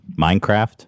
Minecraft